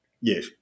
Yes